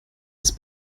ist